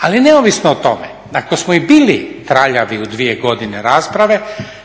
Ali neovisno o tome ako smo i bili traljavi u dvije godine rasprave,